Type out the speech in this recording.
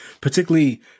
particularly